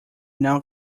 now